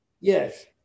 Yes